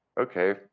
Okay